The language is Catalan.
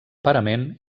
parament